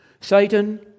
Satan